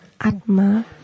Atma